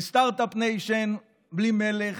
לסטרטאפ ניישן בלי מלך,